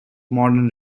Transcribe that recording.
modern